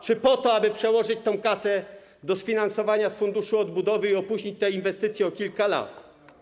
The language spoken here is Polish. Czy po to, aby przełożyć tę kasę, sfinansować to z Funduszu Odbudowy i opóźnić te inwestycje o kilka lat?